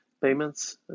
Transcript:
payments